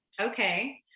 Okay